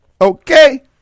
Okay